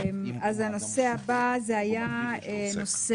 הנושא הבא זה היה נושא